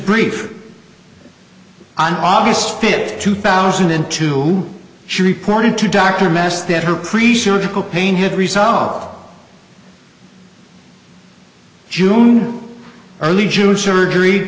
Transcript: grief on august fifth two thousand and two she reported to dr mass that her pre surgical pain had resolve june early june surgery